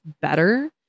better